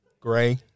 Gray